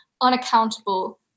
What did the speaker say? unaccountable